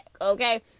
okay